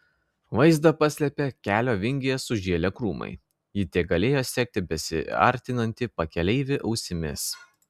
vaizdą paslėpė kelio vingyje sužėlę krūmai ji tegalėjo sekti besiartinantį pakeleivį ausimis